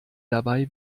dabei